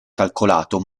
calcolato